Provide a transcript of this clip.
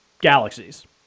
galaxies